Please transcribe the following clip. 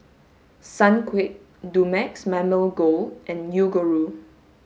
Sunquick Dumex Mamil Gold and Yoguru